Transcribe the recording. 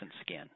skin